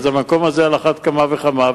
אז המקום הזה על אחת כמה וכמה,